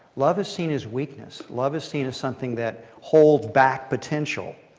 love is seen as weakness. love is seen as something that holds back potential.